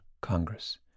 Congress